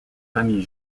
famille